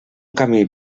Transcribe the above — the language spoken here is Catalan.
camí